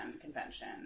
convention